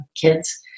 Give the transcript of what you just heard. kids